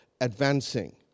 advancing